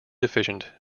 deficient